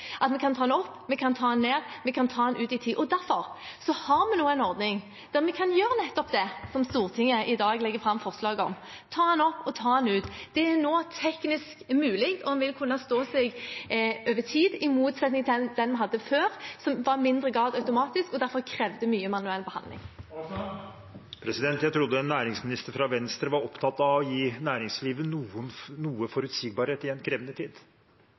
at vi kan ta den opp, vi kan ta den ned, vi kan ta den ut i tid. Derfor har vi nå en ordning der vi kan gjøre nettopp det som Stortinget i dag legger fram forslag om, ta den opp og ta den ut. Det er nå teknisk mulig, og den vil kunne stå seg over tid, i motsetning til den vi hadde før, som i mindre grad var automatisk og derfor krevde mye manuell behandling. Jeg trodde en næringsminister fra Venstre var opptatt av å gi næringslivet noe forutsigbarhet i en krevende tid.